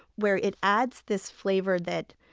where it adds this flavor that